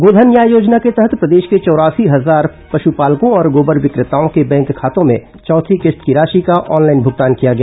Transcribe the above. गोधन न्याय योजना के तहत प्रदेश के चौरासी हजार पशुपालकों और गोबर विक्रेताओं के बैंक खातों में चौथी किश्त की राशि का ऑनलाइन भुगतान किया गया